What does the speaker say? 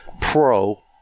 pro